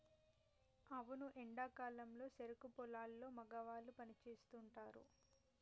అవును ఎండా కాలంలో సెరుకు పొలాల్లో మగవాళ్ళు పని సేస్తుంటారు